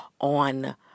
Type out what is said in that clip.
on